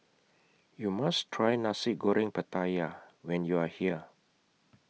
YOU must Try Nasi Goreng Pattaya when YOU Are here